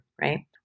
right